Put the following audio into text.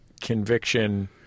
conviction—